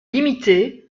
limitées